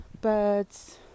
birds